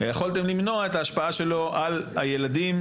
ויכולתם למנוע את ההשפעה שלו על הילדים,